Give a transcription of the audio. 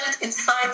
inside